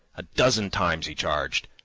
a dozen times he charged,